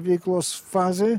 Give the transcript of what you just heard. veiklos fazėj